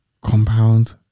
Compound